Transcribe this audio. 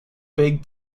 big